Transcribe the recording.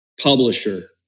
publisher